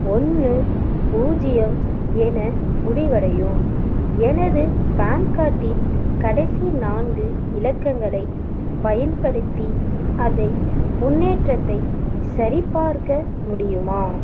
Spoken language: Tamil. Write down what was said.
ஒன்று பூஜ்ஜியம் என முடிவடையும் எனது பான் கார்டின் கடைசி நான்கு இலக்கங்களைப் பயன்படுத்தி அதன் முன்னேற்றத்தை சரிபார்க்க முடியுமா